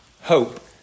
hope